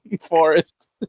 forest